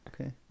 Okay